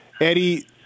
Eddie